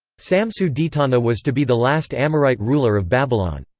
samsu-ditana was to be the last amorite ruler of babylon.